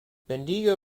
bendigo